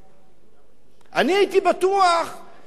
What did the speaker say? אני הייתי בטוח שכולם חתמו,